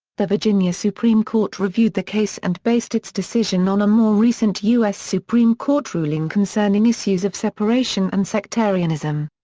the virginia supreme court reviewed the case and based its decision on a more recent us supreme court ruling concerning issues of separation and sectarianism.